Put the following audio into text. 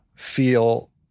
feel